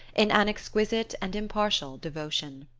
in an exquisite and impartial devotion.